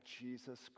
Jesus